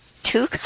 Two